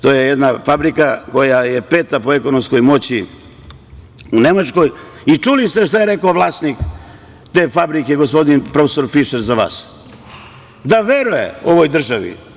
To je jedna fabrika koja je peta po ekonomskoj moći u Nemačkoj i čuli ste šta je rekao vlasnik te fabrike, profesor Fišer, za vas – da veruje ovoj državi.